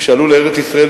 כשעלו לארץ-ישראל.